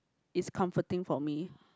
is comforting for me